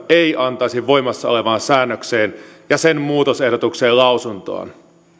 ei antaisi voimassa olevaan säännökseen ja sen muutosehdotukseen lausuntoaan